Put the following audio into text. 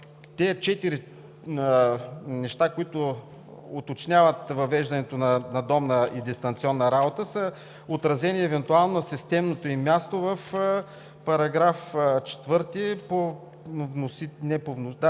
тези четири неща, които уточняват въвеждането на надомна и дистанционна работа, са отразени евентуално на системното им място в § 4